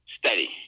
steady